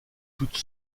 toute